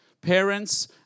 Parents